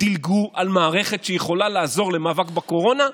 דילגו על כל מערכת שיכולה לעזור למאבק בקורונה,